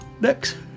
Next